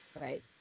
right